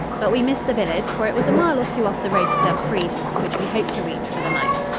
but we missed the village, for it was a mile or two off the road to dumfries, which we hoped to reach for the night.